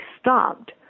stopped